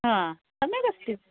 हा सम्यक् अस्ति